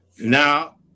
Now